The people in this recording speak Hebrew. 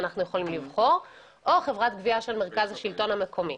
שאנחנו יכולים לבחור או חברת גבייה של חברת השלטון המקומי.